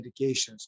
medications